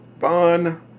fun